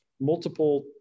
multiple